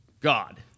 God